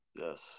Yes